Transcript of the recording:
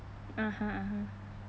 (uh huh) (uh huh)